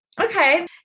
Okay